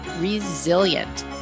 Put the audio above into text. Resilient